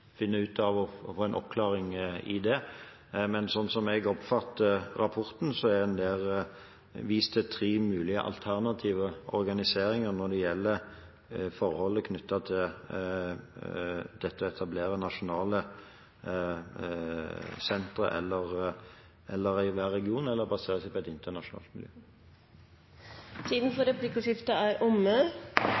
ut av og får en oppklaring av det. Men sånn som jeg oppfatter rapporten, har en der vist til tre mulige alternative organiseringer når det gjelder dette med å etablere nasjonale sentre, eller å ha det i hver region eller basere seg på et internasjonalt miljø. Replikkordskiftet er omme.